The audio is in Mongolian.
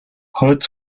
хойд